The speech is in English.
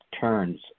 turns